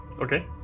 Okay